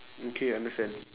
okay understand